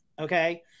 okay